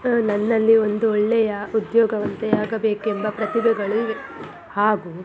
ನನ್ನಲ್ಲಿ ಒಂದು ಒಳ್ಳೆಯ ಉದ್ಯೋಗವಂತೆ ಆಗಬೇಕೆಂಬ ಪ್ರತಿಭೆಗಳು ಇವೆ ಹಾಗೂ